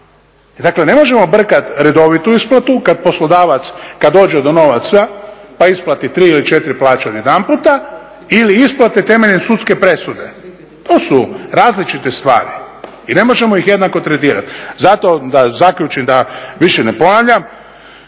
Dakle, ne možemo brkati redovitu isplatu kad poslodavac kad dođe do novaca pa isplati tri ili četiri plaće odjedanput ili isplate temeljem sudske presude. To su različite stvari i ne možemo ih jednako tretirati. Zato da zaključim da više ne ponavljam